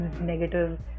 negative